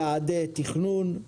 יעדי תכנון,